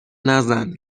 نزن